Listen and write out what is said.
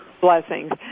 Blessings